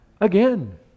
Again